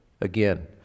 Again